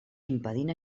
impedint